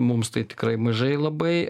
mums tai tikrai mažai labai